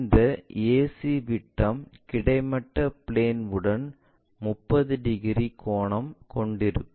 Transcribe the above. இந்த AC விட்டம் கிடைமட்ட பிளேன் உடன் 30 டிகிரி கோணம் கொண்டிருக்கும்